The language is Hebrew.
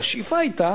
והשאיפה היתה